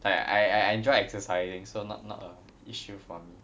I I I enjoy exercising so not not a issue for me